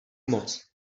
moc